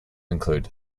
include